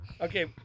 Okay